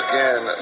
Again